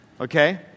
Okay